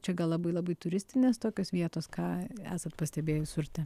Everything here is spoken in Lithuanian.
čia gal labai labai turistinės tokios vietos ką esat pastebėjus urte